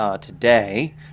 today